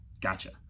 gotcha